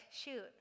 shoot